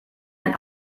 ein